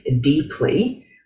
deeply